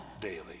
daily